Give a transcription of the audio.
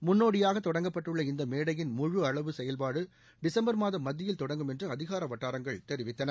முன்னோடியாக தொடங்கப்பட்டுள்ள இந்த மேடையின் முழு அளவு செயல்பாடு டிசுப்பர் மாத மத்தியில் தொடங்கும் என்று அதிகார வட்டாரங்கள் தெரிவித்தன